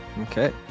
Okay